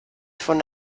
von